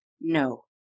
No